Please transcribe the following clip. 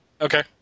Okay